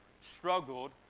struggled